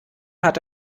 hat